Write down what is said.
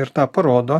ir tą parodo